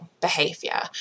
behavior